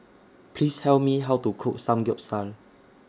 Please Tell Me How to Cook Samgeyopsal